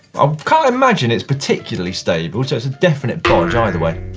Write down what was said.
um can't imagine it's particularly stable, so it's a definite bodge, either way.